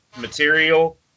material